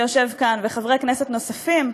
שיושב כאן, וחברי כנסת נוספים,